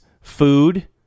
food